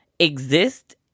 exist